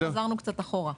בדיוק חזרנו קצת אחורה.